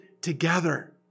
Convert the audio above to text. together